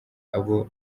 abo